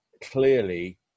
Clearly